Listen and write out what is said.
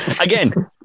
Again